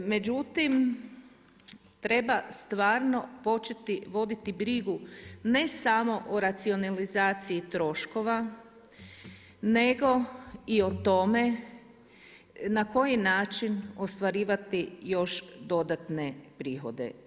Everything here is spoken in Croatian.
Međutim, treba stvarno početi voditi brigu ne samo o racionalizaciji troškova nego i o tome na koji način ostvarivati još dodatne prihode.